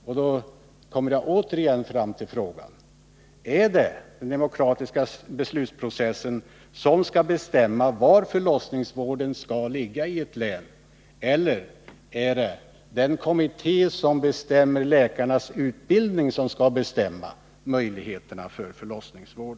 Därmed kommer jag återigen fram till frågan: Är det den demokratiska beslutsprocessen som skall bestämma var förlossningsvården skall ges i ett län, eller är det den kommitté som bestämmer läkarnas utbildning som skall besluta om möjligheterna för förlossningsvård?